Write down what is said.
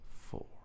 four